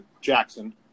Jackson